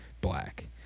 black